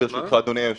ניסן,